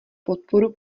podporu